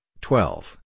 twelve